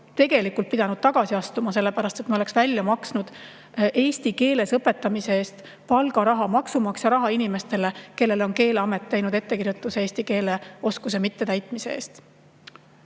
tegelikult pidanud tagasi astuma, sellepärast et ma oleksin palgarahana välja maksnud eesti keeles õpetamise eest maksumaksja raha inimestele, kellele on Keeleamet teinud ettekirjutuse eesti keele oskuse nõuete mittetäitmise eest.